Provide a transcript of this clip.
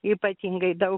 ypatingai daug